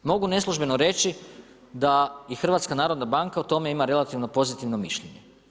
Mogu neslužbeno reći da i HNB o tome ima relativno pozitivno mišljenje.